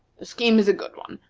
the scheme is a good one.